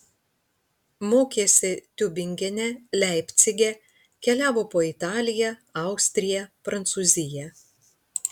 mokėsi tiubingene leipcige keliavo po italiją austriją prancūziją